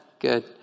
Good